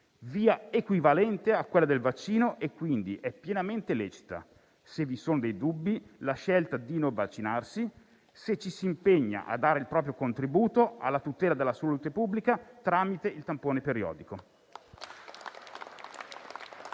via equivalente a quella del vaccino, è quindi pienamente lecita, se vi sono dei dubbi e si sceglie di non vaccinarsi; se ci si impegna a dare il proprio contributo alla tutela della salute pubblica tramite il tampone periodico.